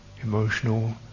emotional